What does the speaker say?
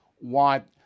want